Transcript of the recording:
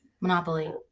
Monopoly